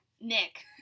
Nick